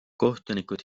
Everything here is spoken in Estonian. kohtunikud